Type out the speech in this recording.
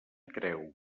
creu